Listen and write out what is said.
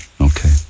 Okay